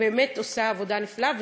ובאמת עושה עבודה נפלאה,